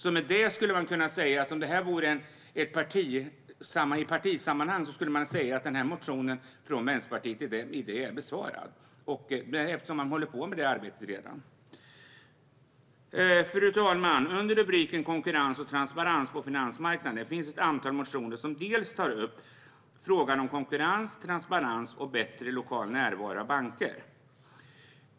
Om det här vore i partisammanhang skulle man kunna säga att motionen från Vänsterpartiet i och med detta är besvarad, eftersom man håller på med det arbetet redan. Fru talman! Under rubriken Konkurrerens och transparens på finansmarknaden finns ett antal motioner som tar upp frågan konkurrens, transparens och bättre lokal närvaro av banker.